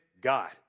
God